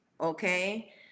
okay